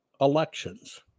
elections